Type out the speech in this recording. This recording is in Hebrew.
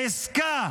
לעסקה